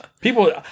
people